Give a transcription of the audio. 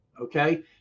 okay